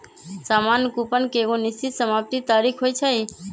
सामान्य कूपन के एगो निश्चित समाप्ति तारिख होइ छइ